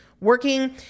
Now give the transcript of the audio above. working